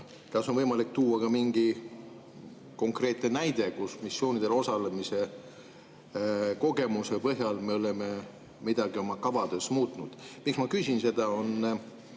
kas on võimalik tuua ka mingi konkreetne näide, et me missioonidel osalemise kogemuse põhjal oleme midagi oma kavades muutnud? Miks ma küsin seda? See